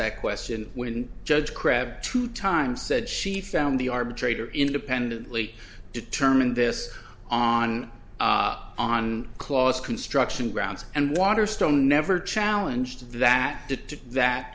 that question when judge crabb to time said she found the arbitrator independently determined this on on clause construction grounds and water stone never challenge that t